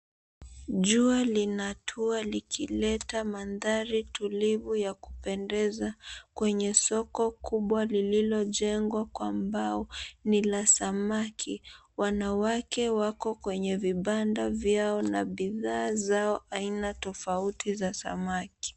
Jua linatua likileta mandhari tulivu ya kupendeza kwenye soko kubwa lililojengwa kwa mbao ni la samaki. Wanawake wako kwenye vibanda vyao na bidhaa zao aina tofauti za samaki.